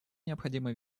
необходимо